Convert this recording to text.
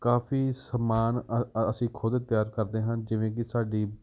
ਕਾਫ਼ੀ ਸਮਾਨ ਅਸੀਂ ਖੁਦ ਤਿਆਰ ਕਰਦੇ ਹਾਂ ਜਿਵੇਂ ਕਿ ਸਾਡੀ